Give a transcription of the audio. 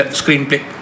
screenplay